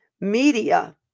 Media